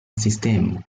sistemo